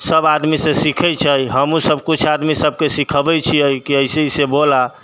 सब आदमीसँ सिखै छै हमहूँ सबकिछु आदमी सबके सिखबै छिए कि अइसे अइसे बोलै